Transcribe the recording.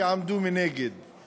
שעמדו מנגד";